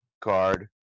card